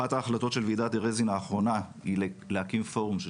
אחת ההחלטות של ועידת טרזין האחרונה היא להקים פורום של